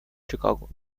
chicago